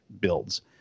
builds